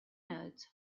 notes